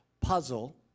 puzzle